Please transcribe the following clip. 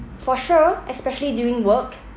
for sure especially during work